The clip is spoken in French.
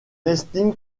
estime